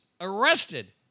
arrested